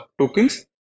tokens